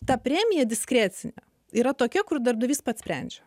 ta premija diskrecinė yra tokia kur darbdavys pats sprendžia